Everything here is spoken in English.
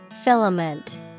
Filament